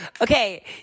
Okay